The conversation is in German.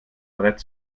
brett